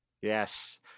Yes